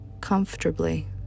comfortably